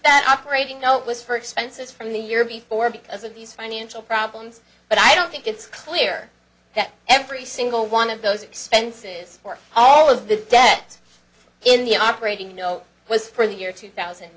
that operating note was for expenses from the year before because of these financial problems but i don't think it's clear that every single one of those expenses or all of the debts in the operating you know was for the year two thousand